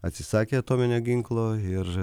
atsisakė atominio ginklo ir